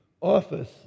office